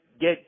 get